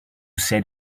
said